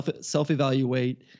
self-evaluate